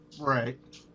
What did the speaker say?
Right